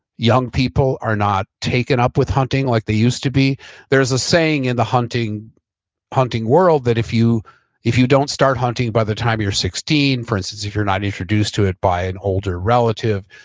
young people are not taken up with hunting like they used to be there's a saying in the hunting hunting world, that if you if you don't start hunting by the time you're sixteen, for instance if you're not introduced to it by an older relative,